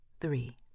Three